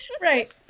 right